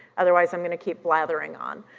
otherwise i'm gonna keep blathering on.